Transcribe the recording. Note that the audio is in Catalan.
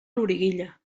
loriguilla